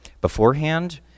Beforehand